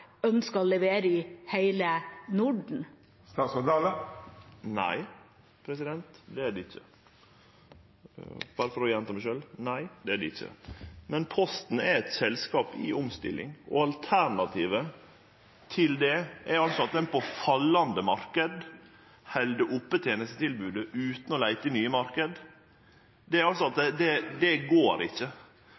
ønsker å levere i hele Norden? Nei, det er det ikkje. Berre for å gjenta meg sjølv: Nei, det er det ikkje. Men Posten er eit selskap i omstilling, og alternativet til det er at ein på fallande marknad held oppe tenestetilbodet utan å leite i nye marknader. Det går ikkje. Selskap som er